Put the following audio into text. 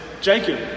Jacob